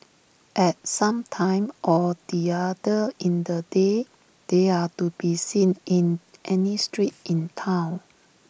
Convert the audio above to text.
at some time or the other in the day they are to be seen in any street in Town